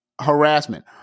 harassment